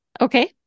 Okay